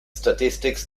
statistics